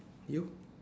you